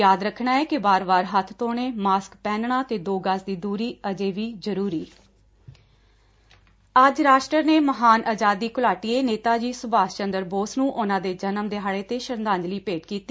ਯਾਦ ਰੱਖਣਾ ਏ ਕਿ ਵਾਰ ਵਾਰ ਹੱਬ ਧੋਣੇ ਮਾਸਕ ਪਹਿਨਣਾ ਤੇ ਦੋ ਗਜ਼ ਦੀ ਦੁਰੀ ਅਜੇ ਵੀ ਜ਼ਰੁਰੀ ਹੈ ਅੱਜ ਰਾਸ਼ਟਰ ਨੇ ਮਹਾਨ ਆਜ਼ਾਦੀ ਘੁਲਾਟੀਏ ਨੇਤਾ ਜੀ ਸੁਭਾਸ ਚੰਦਰ ਬੋਸ ਨੂੰ ਉਨੂਾ ਦੇ ਜਨਮ ਦਿਹਾੜੇ ਤੇ ਸ਼ਰਧਾਂਜਲੀ ਭੇਟ ਕੀਤੀ